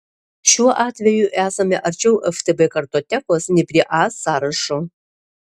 šiuo atveju esame arčiau ftb kartotekos nei prie a sąrašo